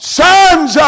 sons